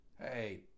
hey